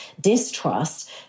distrust